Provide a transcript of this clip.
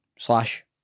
slash